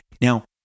Now